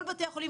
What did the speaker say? כל בית חולים,